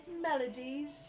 melodies